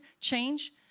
change